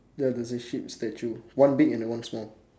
ya there's a sheep statue one big and the one small